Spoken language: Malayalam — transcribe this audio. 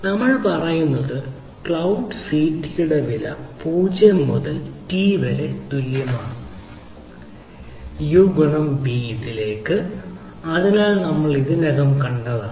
നമ്മൾ പറയുന്നത് ക്ലൌഡ് സിടിയുടെ വില 0 മുതൽ ടി വരെ തുല്യമാണ് യു ഗുണം ബി ഇതിലേക്ക് ഇത് നമ്മൾ ഇതിനകം കണ്ടതാണ്